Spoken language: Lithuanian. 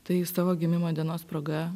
tai savo gimimo dienos proga